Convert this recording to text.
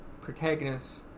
protagonists